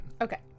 Okay